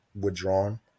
withdrawn